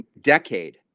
decade